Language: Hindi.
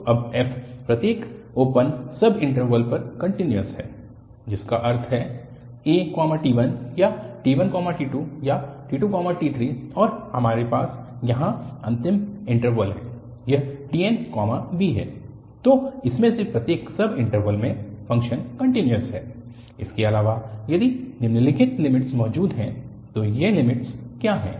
तो अब f प्रत्येक ओपन सब इन्टरवल पर कन्टिन्यूअस है जिसका अर्थ है at1 या t1t2 या t2t3 और हमारे पास यहाँ अंतिम इन्टरवल है यह tnb है तो इनमें से प्रत्येक सब इन्टरवल में फ़ंक्शन कन्टिन्यूअस है इसके अलावा यदि निम्नलिखित लिमिट्स मौजूद हैं तो ये लिमिट्स क्या हैं